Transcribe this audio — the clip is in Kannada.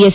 ಎಸ್